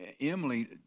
Emily